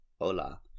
hola